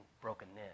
brokenness